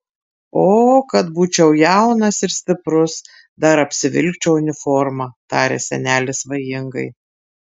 o kad būčiau jaunas ir stiprus dar apsivilkčiau uniformą tarė senelis svajingai